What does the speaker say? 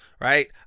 right